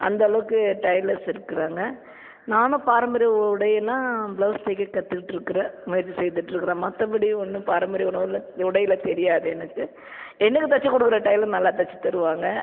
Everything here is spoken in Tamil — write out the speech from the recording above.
அந்தளவுக்கு டெய்லர்ஸ் இருக்கிகுறாங்க நானும் பாரம்பரிய உடைனா ப்ளவுஸ் தைக்க கத்துக்கிட்டுருக்கறேன் முயற்சி செய்துட்டுருக்கறேன் மற்றப்படி ஒன்னும் பாரம்பரிய உணவில் உடையில் தெரியாது எனக்கு எனக்கு தச்சி கொடுக்கற டெய்லர் நல்லா தச்சி தருவாங்க